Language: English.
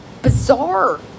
bizarre